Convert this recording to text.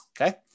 okay